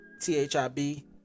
T-H-I-B